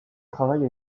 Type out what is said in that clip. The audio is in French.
travaille